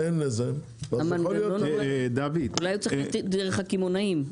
אולי זה צריך להיות דרך הקמעונאים.